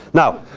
now,